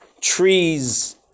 trees